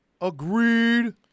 Agreed